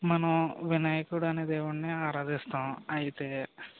మనం వినాయకుడు అనే దేవుడిని ఆరాధిస్తాము అయితే